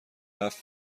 رفت